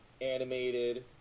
animated